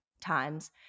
times